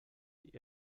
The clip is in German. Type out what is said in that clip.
die